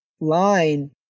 line